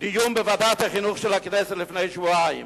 דיון בוועדת החינוך של הכנסת לפני שבועיים.